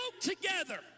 together